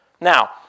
Now